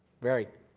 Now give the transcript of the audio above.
very.